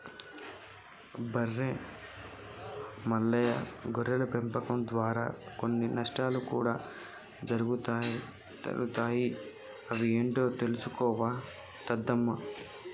ఒరై మల్లయ్య గొర్రెల పెంపకం దారా కొన్ని నష్టాలు కూడా జరుగుతాయి అవి ఏంటో తెలుసుకోరా దద్దమ్మ